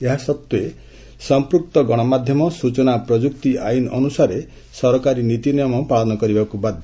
ଏହାସତ୍ୱେ ସମ୍ପୃକ୍ତ ଗଣମାଧ୍ୟମ ସୂଚନା ପ୍ରଯୁକ୍ତି ଆଇନ୍ ଅନୁସାରେ ସରକାରୀ ନୀତିନିୟମ ପାଳନ କରିବାକୁ ବାଧ୍ୟ